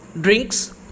drinks